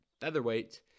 Featherweight